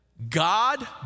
God